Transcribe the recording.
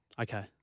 Okay